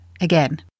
again